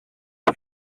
are